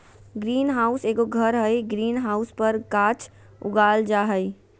green house एगो घर हइ, ग्रीन हाउस पर गाछ उगाल जा हइ